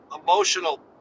emotional